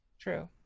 true